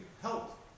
help